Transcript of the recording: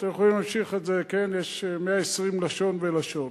אתם יכולים להמשיך את זה, יש 120 לשון ולשון.